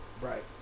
Right